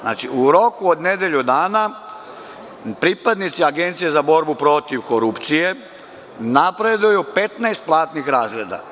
Znači, u roku od nedelju dana pripadnici Agencije za borbu protiv korupcije napreduju 15 platnih razreda.